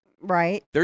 Right